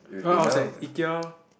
ya I was at Ikea